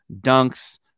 dunks